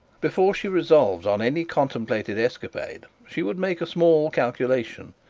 before she resolved on any contemplated escapade she would make a small calculation,